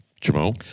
Jamal